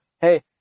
hey